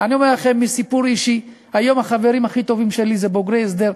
אני אומר לכם מסיפור אישי: היום החברים הכי טובים שלי הם בוגרי הסדר,